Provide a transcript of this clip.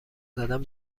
زدن